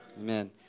Amen